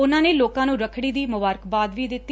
ਉਨ੍ਪਂ ਨੇ ਲੋਕਾਂ ਨੂੰ ਰੱਖੜੀ ਦੀ ਮੁਬਾਰਕਬਾਦ ਵੀ ਦਿੱਤੀ